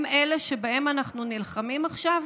הם אלה שבהם אנחנו נלחמים עכשיו?